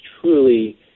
truly